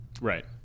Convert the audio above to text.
Right